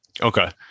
Okay